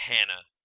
Hannah